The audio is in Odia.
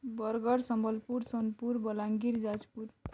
ବରଗଡ଼ ସମ୍ବଲପୁର ସୋନପୁର ବଲାଙ୍ଗୀର ଯାଜପୁର